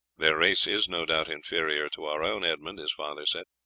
their race is no doubt inferior to our own, edmund, his father said,